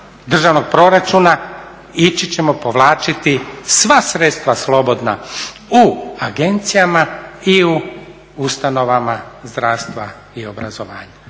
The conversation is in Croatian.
državnog proračuna ići ćemo povlačiti sva sredstva slobodna u agencijama i u ustanovama zdravstva i obrazovanja.